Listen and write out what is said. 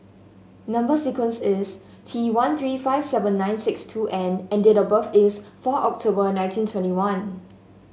number sequence is T one three five seven nine six two N and date of birth is four October nineteen twenty one